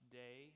day